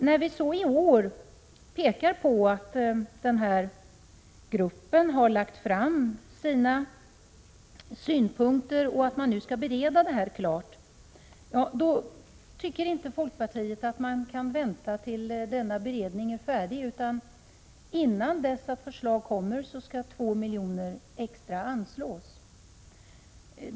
När vi så i år pekar på att gruppen har lagt fram sina synpunkter och att ärendet skall färdigberedas tycker inte folkpartiet att man kan vänta på detta, utan vill att innan förslaget kommer skall 2 milj.kr. extra anslås.